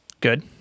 Good